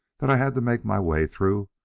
that i had to make my way through,